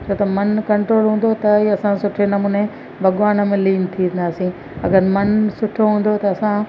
छो त मनु कंट्रोल हूंदो त ई असां सुठे नमूने भॻिवान में लीन थींदासीं अगरि मनु सुठो हूंदो त असां